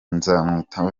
nzamwita